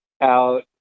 out